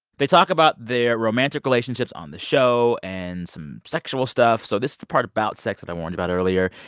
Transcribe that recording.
they talk about their romantic relationships on the show and some sexual stuff. so this is the part about sex that i warned about earlier.